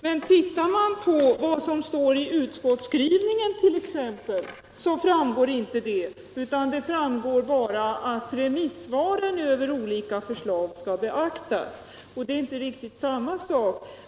Det framgår inte heller av utskottsskrivningen, utan där står bara att remissvaren över olika förslag skall beaktas, och det är inte riktigt samma sak.